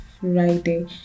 friday